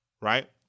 right